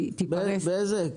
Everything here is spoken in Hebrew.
נציג בזק,